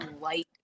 light